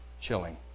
chilling